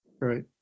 Right